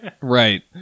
Right